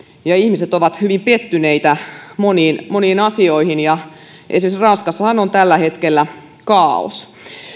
ja ihmiset ovat hyvin pettyneitä moniin moniin asioihin esimerkiksi ranskassahan on tällä hetkellä kaaos